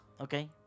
Okay